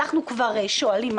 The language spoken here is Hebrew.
אנחנו כבר שואלים.